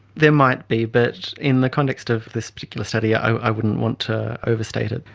there might be, but in the context of this particular study i wouldn't want to overstate it.